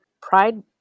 Pride